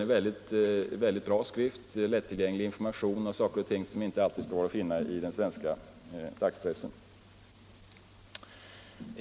Det är en väldigt bra skrift med lättillgänglig information om saker och ting som inte alltid står att finna i den svenska dagspressen.